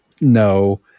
No